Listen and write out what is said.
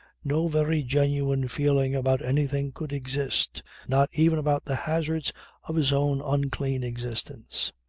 no very genuine feeling about anything could exist not even about the hazards of his own unclean existence.